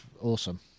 awesome